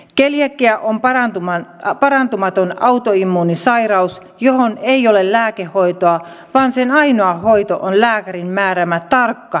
keliakia on parantumaton autoimmuunisairaus johon ei ole lääkehoitoa vaan sen ainoa hoito on lääkärin määräämä tarkka gluteeniton ruokavalio